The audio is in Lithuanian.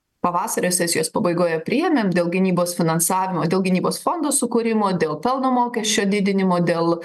pavasario sesijos pabaigoje priėmėm dėl gynybos finansavimo dėl gynybos fondo sukūrimo dėl pelno mokesčio didinimo dėl